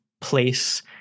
place